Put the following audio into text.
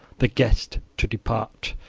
the guest, to depart,